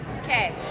Okay